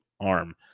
arm